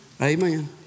Amen